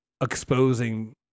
exposing